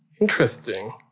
Interesting